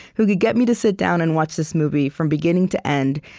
who could get me to sit down and watch this movie from beginning to end,